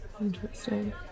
interesting